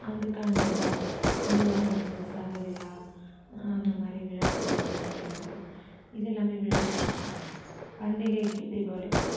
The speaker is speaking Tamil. அதுக்கான விழா நூறாம் ஆண்டு சதய விழா அந்த மாதிரி விழாக்கள் வந்து நடத்துவது இது எல்லாம் விழாக்களில் சொல்லலாம் பண்டிகைகள் தீபாவளி பொங்கல்